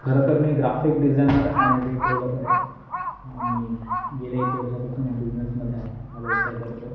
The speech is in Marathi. खरं तर मी ग्राफिक डिजायनर आणि वेब डेव्हलपर आहे हा मी गेल्या एक वर्षापासून या बिजनेसमध्ये आहे हा व्यवसाय करतो आहे